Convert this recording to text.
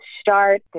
start